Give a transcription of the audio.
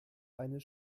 eines